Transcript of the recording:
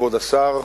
כבוד השר,